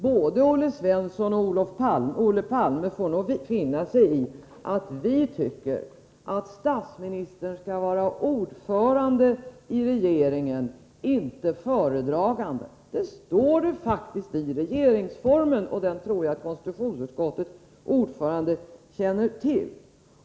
Både Olle Svensson och Olle Palme får nog finna sig i att vi tycker att statsministern skall vara ordförande i regeringen, inte föredragande. Det står det faktiskt i regeringsformen, och den tror jag konstitutionsutskottets ordförande känner till.